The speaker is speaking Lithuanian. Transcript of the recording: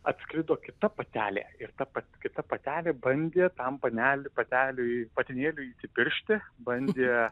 atskrido kita patelė ir ta kita patelė bandė tam patinėliui įsipiršti bandė